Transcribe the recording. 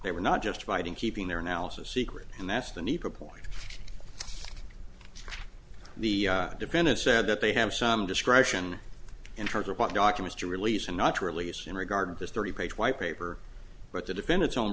they were not justified in keeping their analysis secret and that's the need to point to the independent said that they have some discretion in terms of what documents to release and not to release in regard to this thirty page white paper but the defendant's own